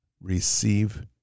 receive